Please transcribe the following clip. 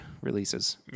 releases